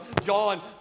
John